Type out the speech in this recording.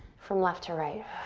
from left to right.